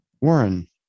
Warren